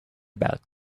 about